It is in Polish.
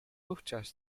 wówczas